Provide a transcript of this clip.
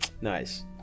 nice